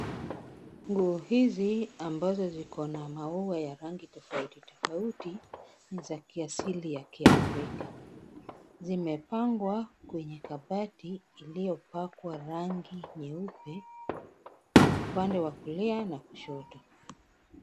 Nguo hizi ambazo ziko na maua ya rangi tofauti tofauti, ni za kiasili ya kiafrika. Zimepangwa kwenye kabati iliyopakwa rangi nyeupe upande wa kulia na kushoto.